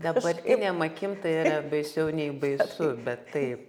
dabartinėm akim tai yra baisiau nei baisu bet taip